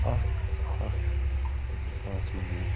اَکھ اَکھ زٕ ساس وُہ